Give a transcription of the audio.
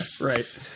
Right